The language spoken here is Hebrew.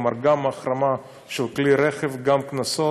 כלומר, גם החרמה של כלי רכב, גם קנסות,